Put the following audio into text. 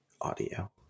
audio